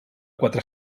quatre